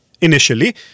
Initially